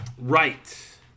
Right